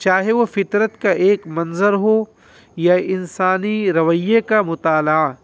چاہے وہ فطرت کا ایک منظر ہو یا انسانی رویے کا مطالعہ